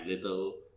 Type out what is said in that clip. little